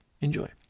enjoy